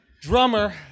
drummer